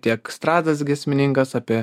tiek strazdas giesmininkas apie